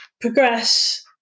progress